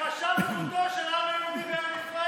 על הכחשת זכותו של העם היהודי בארץ ישראל?